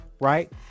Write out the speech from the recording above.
Right